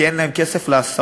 כי אין להן כסף להסעות?